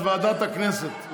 אז ועדת הכנסת.